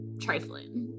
trifling